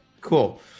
Cool